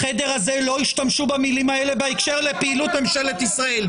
בחדר הזה לא ישתמשו במלים האלה בהקשר לפעילות ממשלת ישראל.